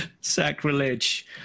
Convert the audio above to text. sacrilege